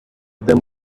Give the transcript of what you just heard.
them